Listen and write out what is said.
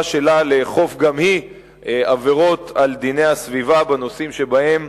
שלה לאכוף גם היא בגין עבירות על דיני הסביבה בנושאים שבהם